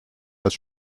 als